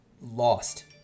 lost